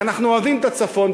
כי אנחנו אוהבים את הצפון,